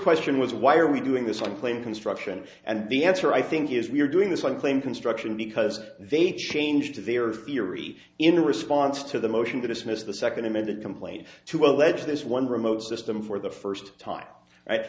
question was why are we doing this on plane construction and the answer i think is we're doing this on plane construction because they changed their theory in response to the motion to dismiss the second amended complaint to allege this one remote system for the first time